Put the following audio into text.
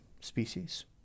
species